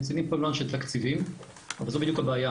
הנציגים פה לא אנשי תקציבים אבל זו בדיוק הבעיה.